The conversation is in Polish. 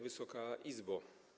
Wysoka Izbo!